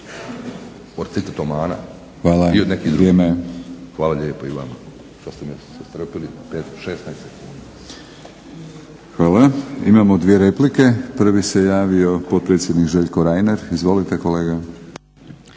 vrijeme. Imamo dvije replike. Prvi se javio potpredsjednik Željko Reiner. Izvolite kolega.